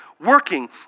working